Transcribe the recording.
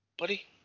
Buddy